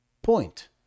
Point